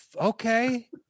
okay